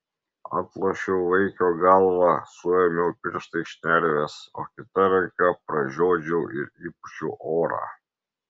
atlošiau vaikio galvą suėmiau pirštais šnerves o kita ranka pražiodžiau ir įpūčiau orą